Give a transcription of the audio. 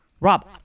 Rob